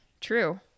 True